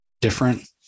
different